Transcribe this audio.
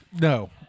No